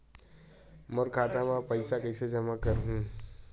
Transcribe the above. मोर खाता म पईसा कइसे जमा करहु?